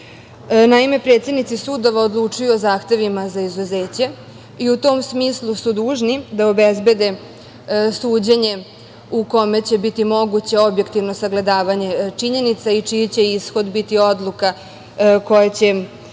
Naime, predsednici sudova odlučuju o zahtevima za izuzeće i u tom smislu su dužni da obezbede suđenje u kome će biti moguće objektivno sagledavanje činjenica i čiji će ishod biti odluka koja će